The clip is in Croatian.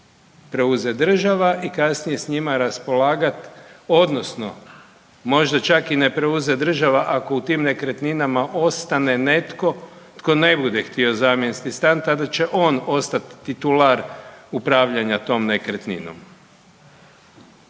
preuzeti država i kasnije s njima raspolagati odnosno, možda čak i ne preuzet država, ako u tim nekretninama ostane netko tko ne bude htio zamjenski stan, tada će on ostati titular upravljanja tom nekretninom.